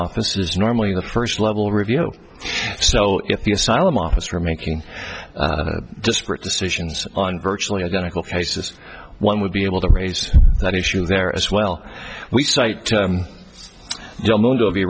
office is normally the first level review so if the asylum officer making disparate decisions on virtually identical cases one would be able to raise that issue there as well we cite